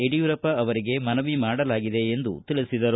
ಯಡಿಯೂರಪ್ಪ ಅವರಿಗೆ ಮನವಿ ಮಾಡಲಾಗಿದೆ ಎಂದು ತಿಳಿಸಿದರು